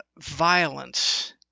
violence